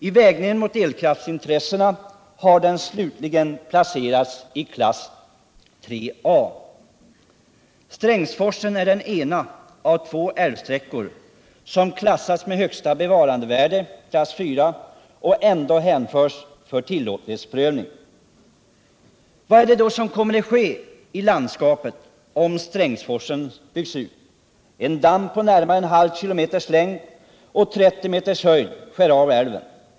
I vägningen mot elkraftintressena har den slutligen placerats i klass 3 A. Strängsforsen är den ena av två älvsträckor som klassats med högsta bevarandevärde, klass 4, och ändå hänförts för tillåtlighetsprövning. Vad är det då som kommer att ske i landskapet, om Strängsforsen byggs ut? En damm på närmare en halv kilometers längd och 30 meters höjd skär av älven.